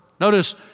Notice